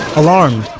alarmed,